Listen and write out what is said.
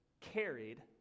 carried